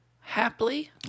happily